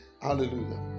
Hallelujah